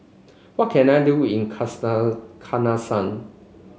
what can I do in